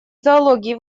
зоологии